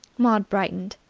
maud brightened.